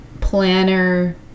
planner